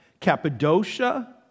Cappadocia